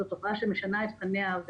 זאת תופעה שמשנה את פניה,